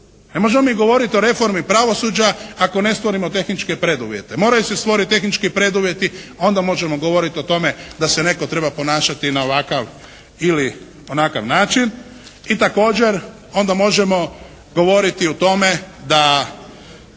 možemo mi govoriti o reformi pravosuđa ako ne stvorimo tehničke preduvjete. Moraju se stvoriti tehnički preduvjeti, onda možemo govoriti o tome da se netko treba ponašati na ovakav ili onakav način i također onda možemo govoriti o tome da